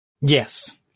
Yes